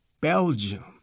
Belgium